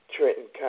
Trenton